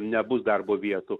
nebus darbo vietų